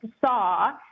saw